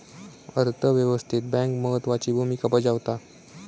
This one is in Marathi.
अर्थ व्यवस्थेत बँक महत्त्वाची भूमिका बजावता